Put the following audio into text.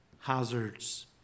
hazards